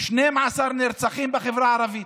12 נרצחים בחברה הערבית,